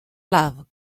love